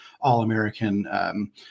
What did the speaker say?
All-American